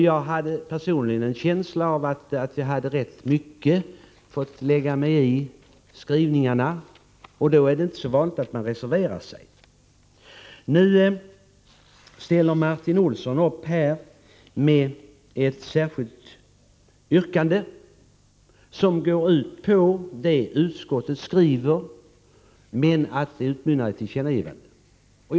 Jag har personligen en känsla av att jag redan givits tillfälle att göra rätt stora ingrepp i skrivningarna, och under sådana förhållanden är det inte så vanligt att man reserverar sig. Nu framställer Martin Olsson under överläggningen ett särskilt yrkande som går ut på det som utskottet skrivit, men utmynnar i ett förslag om tillkännagivande.